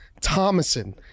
Thomason